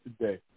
today